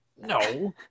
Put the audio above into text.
No